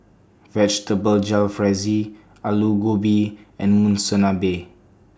Vegetable Jalfrezi Alu Gobi and Monsunabe